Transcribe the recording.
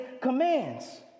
commands